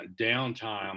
downtime